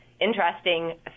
interesting